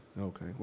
Okay